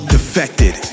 Defected